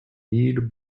need